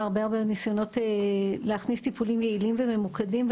הרבה-הרבה ניסיונות להכניס טיפולים יעילים וממוקדים,